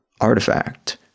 artifact